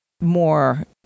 more